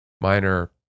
Minor